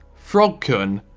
frog-kun,